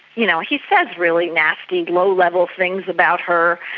you know he says really nasty, low-level things about her.